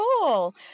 Cool